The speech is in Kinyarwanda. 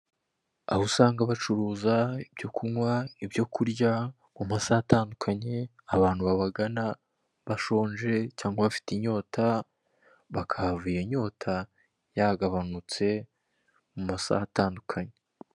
Aho usanga bacuruza ibyo kunywa ibyo kurya, mu masaha atandukanye, abantu babagana bashonje cyangwa bafite inyota, bakahava iyo nyota yagabanutse mu masaha atandukanye.